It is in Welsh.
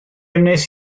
wnes